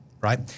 right